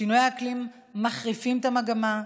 שינויי האקלים מחריפים את המגמה.